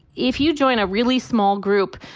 if you join a really small group,